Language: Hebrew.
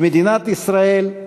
כמדינת ישראל,